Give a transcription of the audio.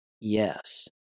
Yes